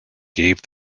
gave